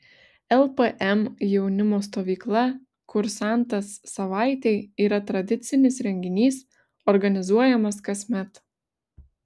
lpm jaunimo stovykla kursantas savaitei yra tradicinis renginys organizuojamas kasmet